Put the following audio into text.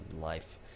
life